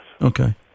Okay